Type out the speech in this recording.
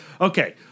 Okay